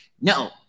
no